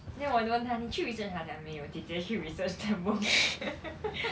then 我问她你去 research ah 她讲没有姐姐去 research them orh